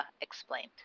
explained